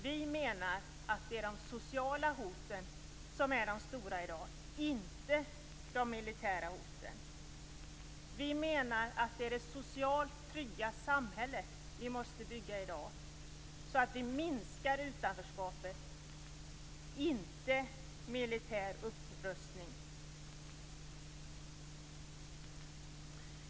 Vi menar att de sociala hoten är de stora hoten i dag, inte de militära hoten. Vi menar att det är det socialt trygga samhället vi måste bygga i dag, så att vi minskar utanförskapet. Vi behöver inte militär upprustning.